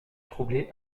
troubler